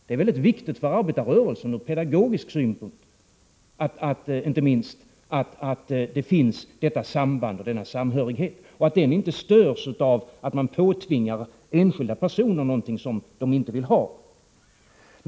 Det är väldigt viktigt för arbetarrörelsen, inte minst ur pedagogisk synpunkt, att detta samband och denna samhörighet finns och inte störs av att man påtvingar enskilda människor något som de inte vill ha.